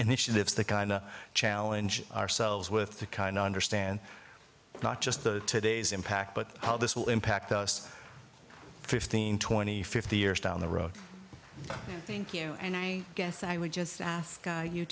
initiatives the kind of challenge ourselves with the kind of understand not just the today's impact but how this will impact us fifteen twenty fifty years down the road i think you know and i guess i would just ask you